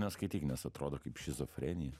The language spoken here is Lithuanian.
neskaityk nes atrodo kaip šizofrenija